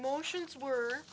motions were